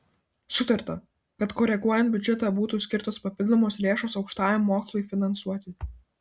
sutarta kad koreguojant biudžetą būtų skirtos papildomos lėšos aukštajam mokslui finansuoti